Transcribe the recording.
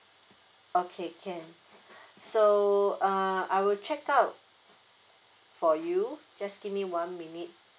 okay can so uh I will check out for you just give me one minute